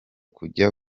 kujya